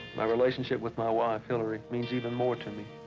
my relationship with my wife hillary means even more to me.